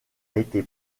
été